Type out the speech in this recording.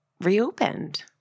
reopened